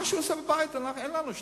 על מה שהוא עושה בבית אין לנו שליטה,